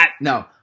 No